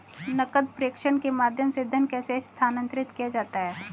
नकद प्रेषण के माध्यम से धन कैसे स्थानांतरित किया जाता है?